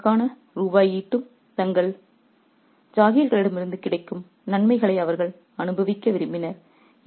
ஆயிரக்கணக்கான ரூபாய் ஈட்டும் தங்கள் ஜாகீர்களிடமிருந்து கிடைக்கும் நன்மைகளை அவர்கள் அனுபவிக்க விரும்பினர்